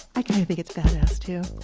i kinda think it's bad ass too.